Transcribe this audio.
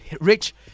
rich